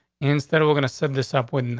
instead, we're gonna set this up with and